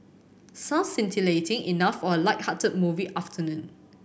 sounds scintillating enough for a lighthearted movie afternoon